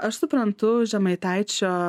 aš suprantu žemaitaičio